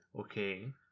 Okay